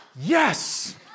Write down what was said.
Yes